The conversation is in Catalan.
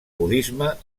budisme